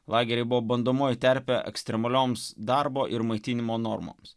lageriai buvo bandomoji terpė ekstremalioms darbo ir maitinimo normoms